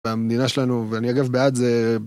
והמדינה שלנו, ואני אגב בעד זה...